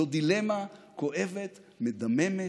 זו דילמה כואבת, מדממת,